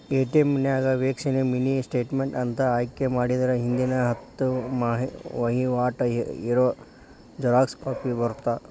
ATM ನ್ಯಾಗ ವೇಕ್ಷಣೆ mini statement ಅಂತ ಆಯ್ಕೆ ಮಾಡಿದ್ರ ಹಿಂದಿನ ಹತ್ತ ವಹಿವಾಟ್ ಇರೋ ಜೆರಾಕ್ಸ್ ಕಾಪಿ ಬರತ್ತಾ